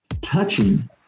Touching